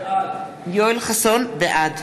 בעד